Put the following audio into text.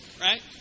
right